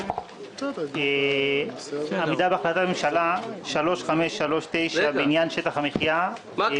מספר פנייה לוועדה:67 עד